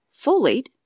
Folate